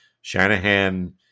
Shanahan